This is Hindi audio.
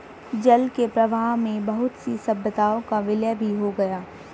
जल के प्रवाह में बहुत सी सभ्यताओं का विलय भी हो गया